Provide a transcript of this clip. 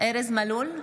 ארז מלול,